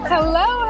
Hello